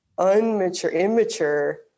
immature